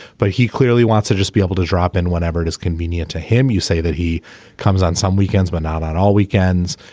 but he clearly wants to just be able to drop in whenever it is convenient to him you say that he comes on some weekends but not on all weekends